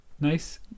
Nice